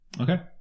Okay